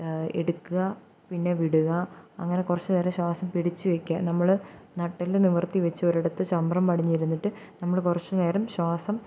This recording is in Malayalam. എടുക്കുക പിന്നെ വിടുക അങ്ങനെ കുറച്ചു നേരം ശ്വാസം പിടിച്ചു വെക്കാൻ നമ്മൾ നട്ടെല്ലു നിവര്ത്തി വെച്ചൊരിടത്ത് ചമ്രം പടിഞ്ഞിരുന്നിട്ടു നമ്മൾ കുറച്ചു നേരം ശ്വാസം